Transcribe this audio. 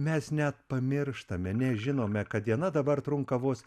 mes net pamirštame nežinome kad diena dabar trunka vos